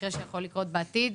מקרה שיכול לקרות בעתיד,